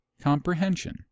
comprehension